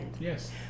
Yes